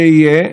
שיהיה.